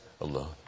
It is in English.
alone